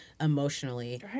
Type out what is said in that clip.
emotionally